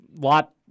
Lot